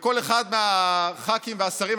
וכל אחד מהח"כים והשרים,